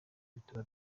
bituma